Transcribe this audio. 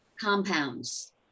compounds